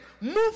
move